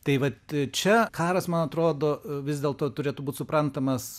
tai vat čia karas man atrodo vis dėlto turėtų būt suprantamas